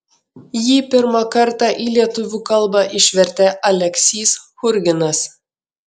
jį pirmą kartą į lietuvių kalbą išvertė aleksys churginas